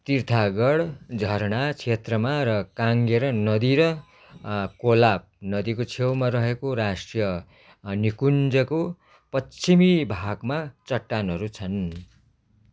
तीरथगढ झरना क्षेत्रमा र काङ्गेर नदी र कोलाब नदीको छेउमा रहेको राष्ट्रिय निकुन्जको पश्चिमी भागमा चट्टानहरू छन्